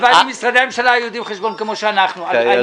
הלוואי ומשרדי הממשלה היו יודעים חשבון כמו שאנחנו יודעים.